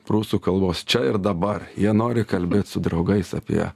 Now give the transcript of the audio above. prūsų kalbos čia ir dabar jie nori kalbėt su draugais apie